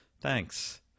Thanks